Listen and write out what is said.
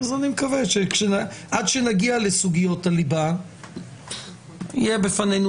אני מקווה שעד שנגיע לסוגיות הליבה יהיה בפנינו